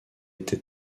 était